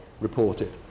reported